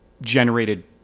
generated